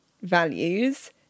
values